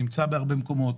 נמצא בהרבה מקומות,